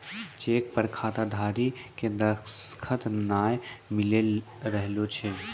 cheque पर खाताधारी के दसखत नाय मिली रहलो छै